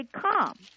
come